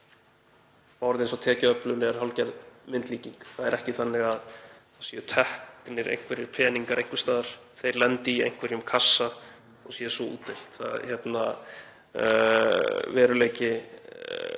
að orð eins og tekjuöflun er hálfgerð myndlíking. Það er ekki þannig að það séu teknir einhverjir peningar einhvers staðar, þeir lendi í einhverjum kassa og þeim sé svo útdeilt. Veruleiki